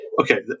okay